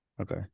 Okay